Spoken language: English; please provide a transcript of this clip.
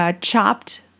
chopped